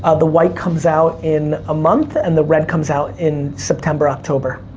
ah the white comes out in a month, and the red comes out in september, october.